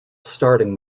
starting